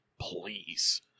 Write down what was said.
Please